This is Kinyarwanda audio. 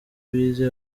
bize